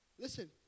Listen